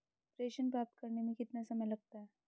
प्रेषण प्राप्त करने में कितना समय लगता है?